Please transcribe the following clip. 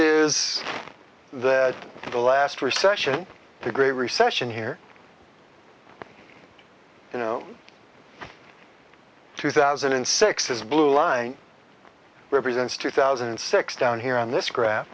the the last recession the great recession here you know two thousand and six is blue line represents two thousand and six down here on this grap